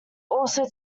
also